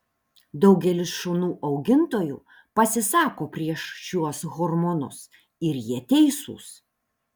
daugelis šunų augintojų pasisako prieš šiuos hormonus ir jie teisūs